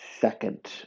second